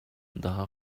daha